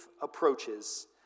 approaches